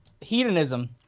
Hedonism